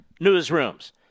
newsrooms